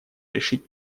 решить